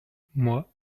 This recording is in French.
moi